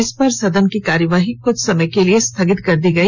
इस पर सदन की कार्यवाही कुछ समय के लिए स्थगित कर दी गई